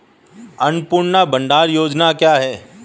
अन्नपूर्णा भंडार योजना क्या है?